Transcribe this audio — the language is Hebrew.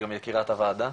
שהיא גם יקירת הוועדה.